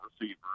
receiver